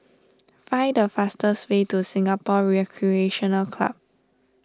find a fastest way to Singapore Recreation Club